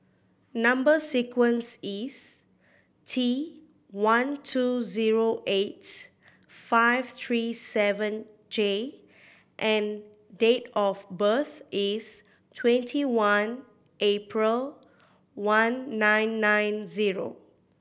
number sequence is T one two zero eight five three seven J and date of birth is twenty one April one nine nine zero